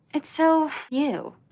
it's so you